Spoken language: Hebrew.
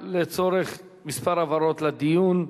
רבותי, לצורך כמה הבהרות לדיון,